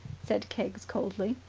said keggs coldly.